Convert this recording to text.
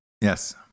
Yes